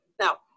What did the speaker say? now